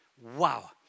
Wow